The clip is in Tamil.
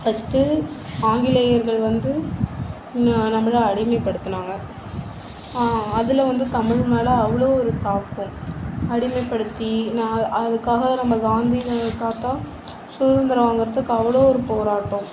ஃபர்ஸ்ட் ஆங்கிலேயர்கள் வந்து நம்மை அடிமைப்படுத்துனாங்க அதில் வந்து தமிழ் மேலே அவ்வளோ ஒரு தாக்கம் அடிமைப்படுத்தி நான் அதுக்காக நம்ம காந்தி தாத்தா சுதந்திரம் வாங்கிறதுக்கு அவ்வளோ ஒரு போராட்டம்